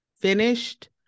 finished